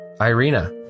Irina